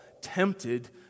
tempted